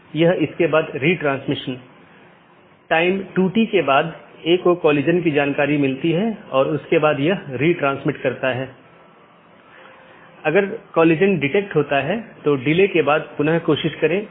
एक पारगमन AS में मल्टी होम AS के समान 2 या अधिक ऑटॉनमस सिस्टम का कनेक्शन होता है लेकिन यह स्थानीय और पारगमन ट्रैफिक दोनों को वहन करता है